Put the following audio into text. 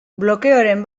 blokeoren